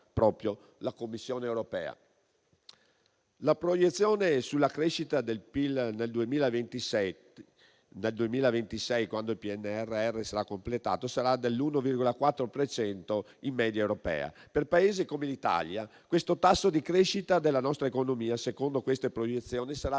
La proiezione sulla crescita del PIL nel 2026, quando il PNRR sarà completato, sarà dell'1,4 per cento in media europea. Per Paesi come l'Italia, questo tasso di crescita della nostra economia, secondo queste proiezioni, salirà del